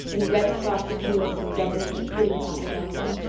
in red cross appeals and government recruiting propaganda.